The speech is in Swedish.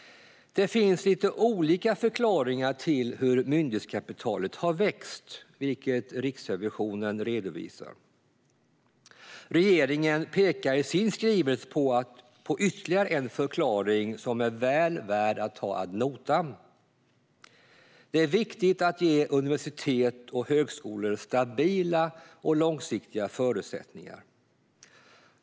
Det finns lite olika förklaringar till hur myndighetskapitalet har vuxit, vilket Riksrevisionen redovisar. Regeringen pekar i sin skrivelse på ytterligare en förklaring som är väl värd att ta ad notam. Det är viktigt att ge universitet och högskolor stabila och långsiktiga förutsättningar.